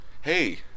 hey